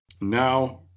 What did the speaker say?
Now